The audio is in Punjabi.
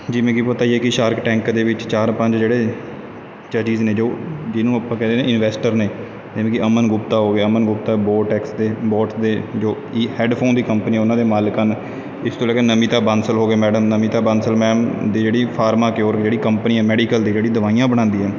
ਜਿਵੇਂ ਕਿ ਪਤਾ ਹੀ ਹੈ ਕਿ ਸ਼ਾਰਕ ਟੈਂਕ ਦੇ ਵਿੱਚ ਚਾਰ ਪੰਜ ਜਿਹੜੇ ਜਾਜਿਜ ਨੇ ਜੋ ਜਿਹਨੂੰ ਆਪਾਂ ਕਹਿੰਦੇ ਨੇ ਇਨਵੈਸਟਰ ਨੇ ਯਾਨੀ ਕਿ ਅਮਨ ਗੁਪਤਾ ਹੋ ਗਿਆ ਅਮਨ ਗੁਪਤਾ ਬੋਟ ਦੇ ਐਕਸ ਬੋਟ ਦੇ ਜੋ ਈ ਹੈਡਫੋਨ ਦੀ ਕੰਪਨੀ ਉਹਨਾਂ ਦੇ ਮਾਲਕ ਹਨ ਇਸ ਤੋਂ ਇਲਾਵਾ ਨਮਿਤਾ ਬੰਸਲ ਹੋ ਗਈ ਮੈਡਮ ਨਮਿਤਾ ਬੰਸਲ ਮੈਮ ਦੇ ਜਿਹੜੀ ਫਾਰਮਾ ਕਿਓਰ ਕੰਪਨੀ ਜਿਹੜੀ ਮੈਡੀਕਲ ਦੀ ਜਿਹੜੀ ਦਵਾਈਆਂ ਬਣਾਉਂਦੀ ਆ